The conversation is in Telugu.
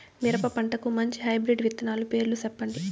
మిరప పంటకు మంచి హైబ్రిడ్ విత్తనాలు పేర్లు సెప్పండి?